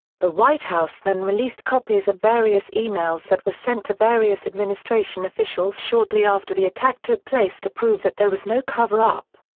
the white house then released copies of various emails that were sent to various administration officials shortly after the attack took place to prove that there was no cover up.